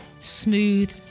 smooth